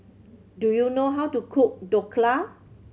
do you know how to cook Dhokla